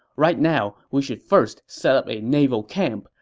right now, we should first set up a naval camp,